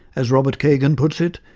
as robert kagan puts it,